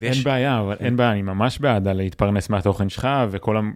אין בעיה, אבל אין בעיה, אני ממש בעד הלהתפרנס מהתוכן שלך וכל.